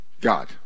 God